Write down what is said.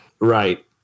Right